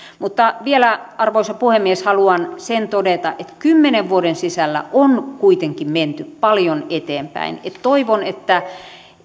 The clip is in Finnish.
mutta vielä arvoisa puhemies haluan sen todeta että kymmenen vuoden sisällä on kuitenkin menty paljon eteenpäin ja toivon että